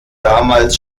damals